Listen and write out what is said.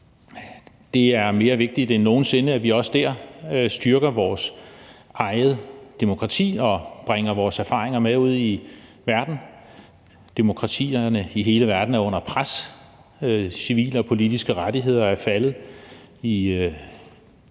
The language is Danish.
Det er mere vigtigt end nogen sinde, at vi også dér styrker vores eget demokrati og bringer vores erfaringer med ud i verden. Demokratierne i hele verden er under pres; civile og politiske rettigheder er faldet i 12-15